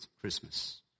Christmas